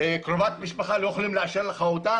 זאת קרובת משפחה ולא יכולים לאשר אותה.